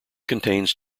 contains